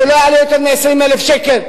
שלא יעלה יותר מ-20,000 שקלים.